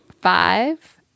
five